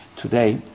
Today